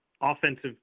offensive